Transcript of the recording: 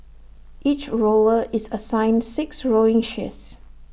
each rower is assigned six rowing shifts